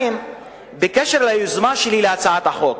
בקשר ליוזמה שלי להצעת החוק,